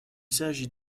s’agit